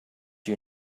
you